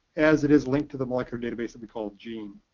as it is linked to the molecular databases we call genes.